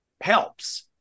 helps